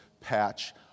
patch